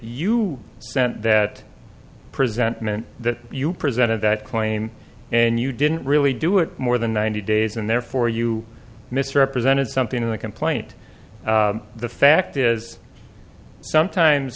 you sent that present meant that you presented that claim and you didn't really do it more than ninety days and therefore you misrepresented something in the complaint the fact is sometimes